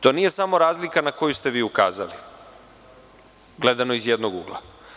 To nije samo razlika na koju ste vi ukazali gledano iz jednog ugla.